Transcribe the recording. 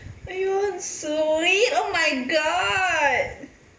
!aiyo! 很 sweet oh my god